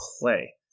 play